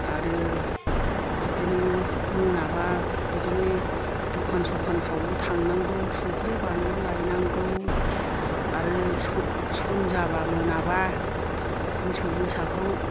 आरो बिदिनो मोनाबा बिदिनो दखान सखानफ्रावबो थांनांगौ संख्रि बानलु लायनांगौ आरो सम जाबा मोनाबा मोसौ मोसाखौ